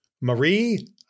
Marie